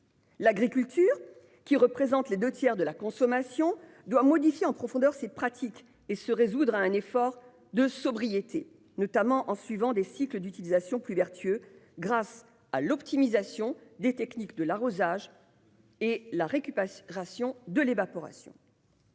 L'agriculture, qui représente les deux tiers de la consommation, doit modifier en profondeur ses pratiques et se résoudre à un effort de sobriété, notamment en suivant des cycles d'utilisation plus vertueux grâce à l'optimisation technique de l'arrosage et à la récupération de l'évaporation.